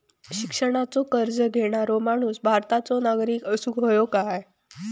शिक्षणाचो कर्ज घेणारो माणूस भारताचो नागरिक असूक हवो काय?